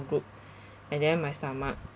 group and then my stomach